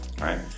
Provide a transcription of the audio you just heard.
right